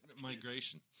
Migration